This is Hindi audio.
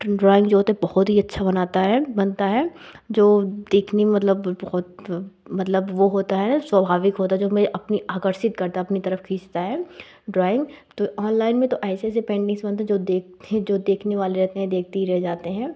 ड्राइंग जो है बहुत ही अच्छा बनाता है बनता है जो देखने में मतलब बहुत मतलब वह होता है स्वाभाविक होता जो मैं अपने आकर्षित करता है अपनी तरफ खींचता है ड्राइंग तो ऑनलाइन में तो ऐसे ऐसे पेंटिंग्स बनते जो देखकर जो देखने वाले होते हैं वह देखते ही रह जाते हैं